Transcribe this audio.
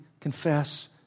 Confess